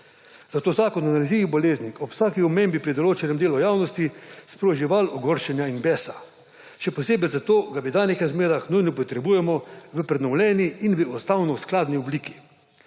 Zato Zakon o nalezljivih boleznih ob vsaki omembi pri določenem delu javnosti sproži val ogorčenja in besa. Še posebej zato ga v danih razmerah nujno potrebujemo v prenovljeni in v ustavno skladno obliki,